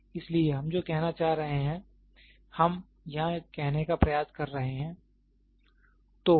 इसलिए हम जो कहना चाह रहे हैं हम यहां कहने का प्रयास कर रहे हैं